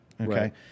Okay